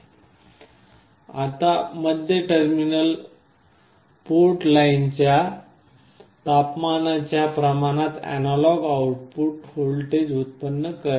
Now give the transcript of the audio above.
आणि मध्य terminal port लाइनच्या तापमानाच्या प्रमाणात अॅनालॉग आउटपुट वोल्टेज उत्पन्न करेल